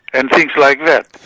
and things like that.